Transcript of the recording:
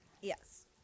Yes